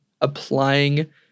applying